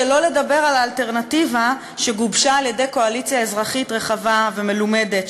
שלא לדבר על האלטרנטיבה שגובשה על-ידי קואליציה אזרחית רחבה ומלומדת,